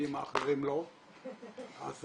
זאת